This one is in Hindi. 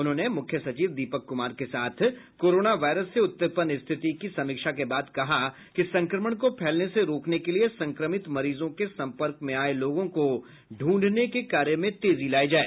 उन्होंने मूख्य सचिव दीपक कुमार के साथ कोरोना वायरस से उत्पन्न स्थिति की समीक्षा के बाद कहा कि संक्रमण को फैलने से रोकने के लिए संक्रमित मरीजों के संपर्क में आए लोगों को ढूंढने के कार्य में तेजी लायी जाए